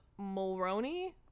Mulroney